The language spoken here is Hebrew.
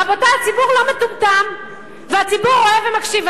רבותי, הציבור לא מטומטם והציבור רואה ומקשיב.